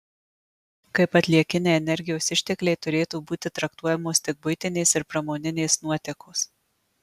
kaip atliekiniai energijos ištekliai turėtų būti traktuojamos tik buitinės ir pramoninės nuotėkos